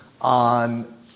on